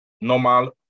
normal